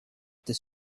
this